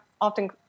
often